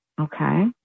Okay